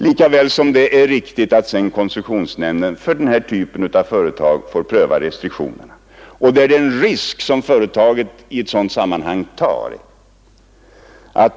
Det är också riktigt att koncessionsnämnden för den här typen av anläggningar prövar restriktionerna. Det är en risk som företaget får ta.